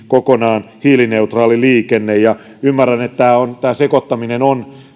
kokonaan hiilineutraali liikenne ja ymmärrän että tämä sekoittaminen on